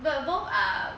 but both are